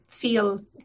feel